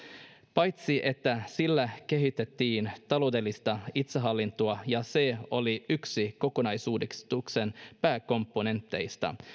paitsi että sillä kehitettiin taloudellista itsehallintoa ja se oli yksi kokonaisuudistuksen pääkomponenteista